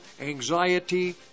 anxiety